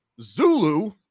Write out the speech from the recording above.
Zulu